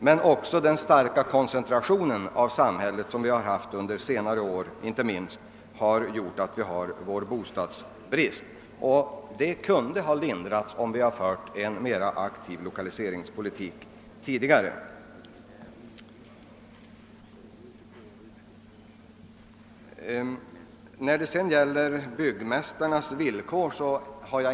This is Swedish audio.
Den starka befolkningskoncentrationen under senare år har framför allt bidragit till att det har uppstått bostadsbrist i expansionsregionerna. Denna utveckling kunde ha lindrats om det tidigare hade förts en mer aktiv lokaliseringspolitik. Vi har inte klagat på byggmästarnas villkor.